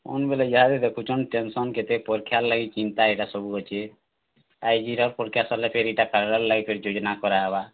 phone ବେଲେ ଇହାଦେ ଦେଖୁଛନ୍ ଟେନ୍ସନ୍ କେତେ ପରୀକ୍ଷାର୍ ଲାଗି ଚିନ୍ତା ଇ'ଟା ସବୁ ଅଛେ ଆଜିର୍ ପରୀକ୍ଷା ସର୍ଲେ ଫେର୍ ଇ'ଟା କାଲିର୍ ଲାଗି ଫେର୍ ଯୋଜ୍ନା କରାହେବା